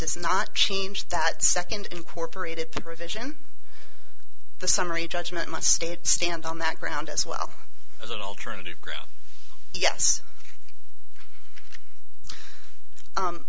this not change that second incorporated provision the summary judgment must state stand on that ground as well as an alternative yes